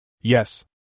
Yes